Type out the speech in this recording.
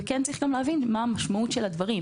צריך להבין מה המשמעות של הדברים,